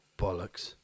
bollocks